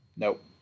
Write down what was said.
Nope